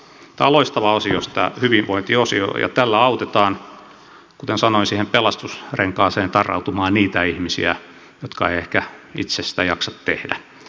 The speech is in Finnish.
tämä hyvinvointiosio on loistava osio ja tällä autetaan kuten sanoin siihen pelastusrenkaaseen tarrautumaan niitä ihmisiä jotka eivät ehkä itse sitä jaksa tehdä